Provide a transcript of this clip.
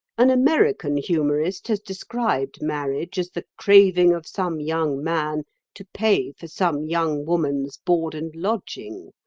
an american humorist has described marriage as the craving of some young man to pay for some young woman's board and lodging.